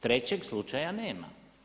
Treće slučaja nema.